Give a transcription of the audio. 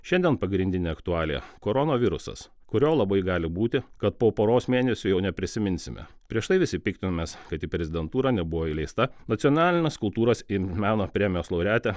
šiandien pagrindinė aktualija koronavirusas kurio labai gali būti kad po poros mėnesių jau neprisiminsime prieš tai visi piktinomės kad į prezidentūrą nebuvo įleista nacionalinės kultūros ir meno premijos laureatė